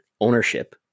ownership